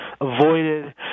avoided